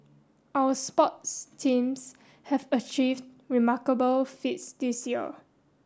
our sports teams have achieved remarkable feats this year